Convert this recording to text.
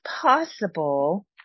possible